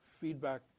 feedback